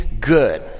good